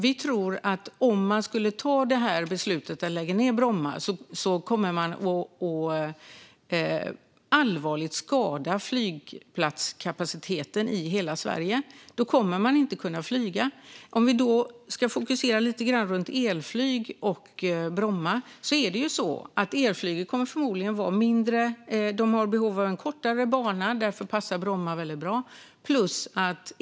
Vi tror att om man tar beslutet att lägga ned Bromma kommer man att allvarligt skada flygplatskapaciteten i hela Sverige. Då kommer man inte att kunna flyga. Om vi ska fokusera lite grann på elflyg och Bromma är det så att elflygen kommer att vara mindre och har behov av en kortare bana, och därför passar Bromma väldigt bra.